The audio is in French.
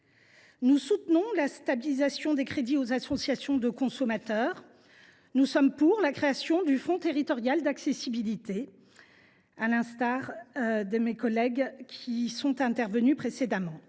Nous soutenons la stabilisation des crédits aux associations de consommateurs. Nous sommes pour la création du fonds territorial d’accessibilité, à l’instar des orateurs qui se sont exprimés sur le sujet.